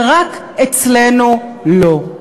ורק אצלנו לא.